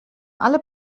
alle